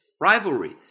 rivalry